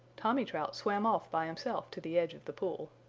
tommy trout swam off by himself to the edge of the pool.